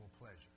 pleasure